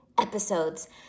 episodes